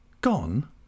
Gone